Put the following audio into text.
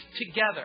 together